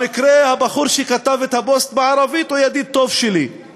במקרה הבחור שכתב את הפוסט בערבית הוא